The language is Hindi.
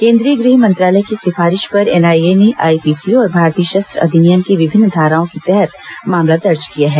केन्द्रीय गृह मंत्रालय की सिफारिश पर एनआईए ने आईपीसी और भारतीय शस्त्र अधिनियम की विभिन्न धाराओं की तहत मामला दर्ज किया है